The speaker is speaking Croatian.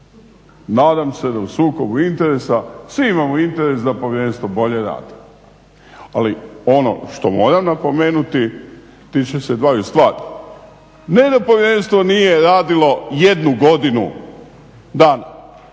Nadam se da u sukobu interesa svi imamo interes da povjerenstvo bolje radi. Ali ono što moram napomenuti tiče se dvaju stvari. Ne da povjerenstvo nije radilo jednu godinu, da